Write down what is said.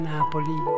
Napoli